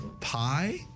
pie